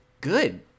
good